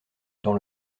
dans